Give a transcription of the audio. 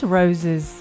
roses